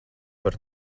par